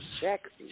sexy